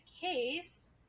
case